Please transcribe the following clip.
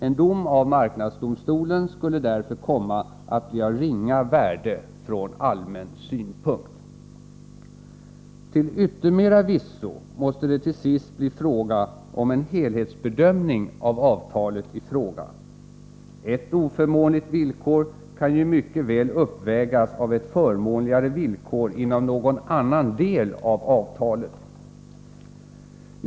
En dom av marknadsdomstolen skulle därför komma att bli av ringa värde från allmän synpunkt. Till yttermera visso måste det till sist bli fråga om en helhetsbedömning av avtalet i fråga — ett oförmånligt villkor kan ju mycket väl uppvägas av ett förmånligare villkor inom någon annan del av avtalet.